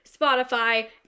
Spotify